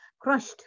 crushed